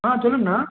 ஆ சொல்லுங்கண்ணா